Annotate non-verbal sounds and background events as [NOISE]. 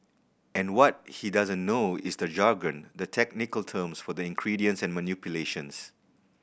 and what he doesn't know is the jargon the technical terms for the [UNINTELLIGIBLE] and manipulations